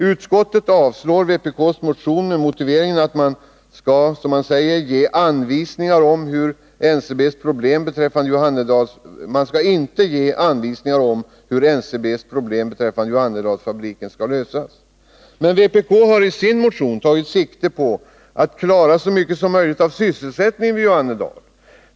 Utskottet avstyrker vpk:s motion med motiveringen att man inte skall ge ”anvisningar om hur Ncb:s problem beträffande Johannedalsfabriken skall lösas”. Men vpk har i sin motion tagit sikte på att klara så mycket som möjligt av sysselsättningen vid Johannedal.